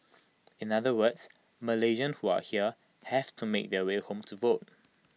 in other words Malaysians who are here have to make their way home to vote